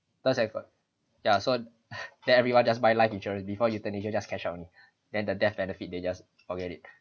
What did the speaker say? does have uh ya so than everyone just buy life insurance already before euthanasia just cash out only then the death benefit they just forget it